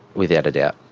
without a doubt.